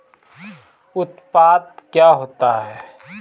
उत्पाद क्या होता है?